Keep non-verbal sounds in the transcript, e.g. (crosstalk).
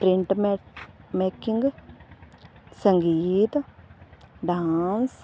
(unintelligible) making ਸੰਗੀਤ dance